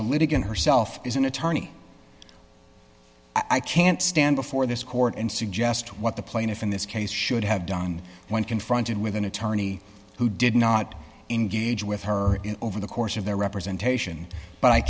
the litigant herself is an attorney i can't stand before this court and suggest what the plaintiff in this case should have done when confronted with an attorney who did not engage with her over the course of their representation but i